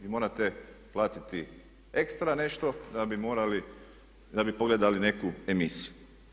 Vi morate platiti ekstra nešto da bi pogledali neku emisiju.